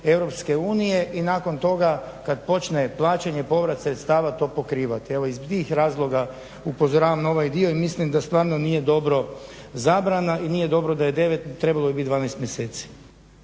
projekte EU i nakon toga kada počne plaćanje povrat sredstava to pokrivati. Evo iz tih razloga upozoravam na ovaj dio i mislim da stvarno nije dobro zabrana i nije dobro da je 9 a trebalo je biti 12 mjeseci.